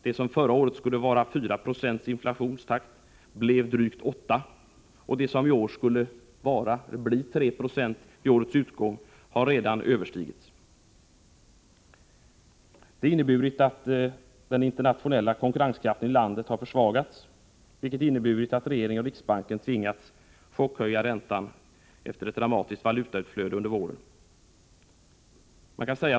Det som förra året skulle vara 4 96 inflation blev drygt 8, och det som i år skulle bli 3 96 vid årets utgång har redan överskridit den gränsen. Det har inneburit att den internationella konkurrenskraften har försvagats, vilket i sin tur inneburit att regering och riksbank tvingats chockhöja räntan efter ett dramatiskt valutautflöde under våren.